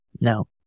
No